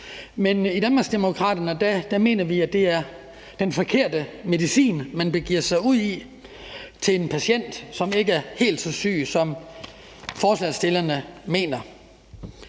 Men i Danmarksdemokraterne mener vi, at det er den forkerte medicin, man vil give til en patient, som ikke er helt så syg, som forslagsstillerne mener.